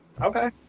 okay